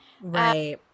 Right